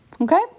Okay